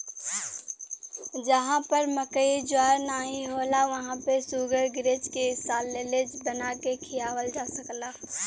जहां पर मकई ज्वार नाहीं होला वहां पे शुगरग्रेज के साल्लेज बना के खियावल जा सकला